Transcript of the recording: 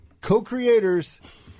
co-creators